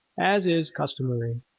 as is customary.